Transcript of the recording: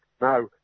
Now